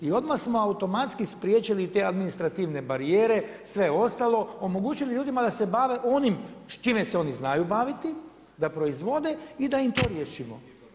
I odmah smo automatski spriječili te administrativne barijere, sve ostalo, omogućili ljudima da se bave onim s čime se oni znaju baviti, da proizvode i da im to riješimo.